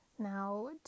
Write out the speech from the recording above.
Now